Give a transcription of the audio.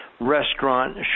Restaurant